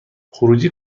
خروجی